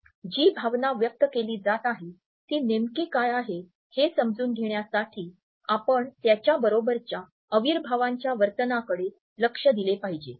जी भावना व्यक्त केली जात आहे ती नेमके काय आहे हे समजून घेण्यासाठी आपण त्याच्याबरोबरच्या अविर्भावांच्या वर्तनाकडे लक्ष दिले पाहिजे